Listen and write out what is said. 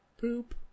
poop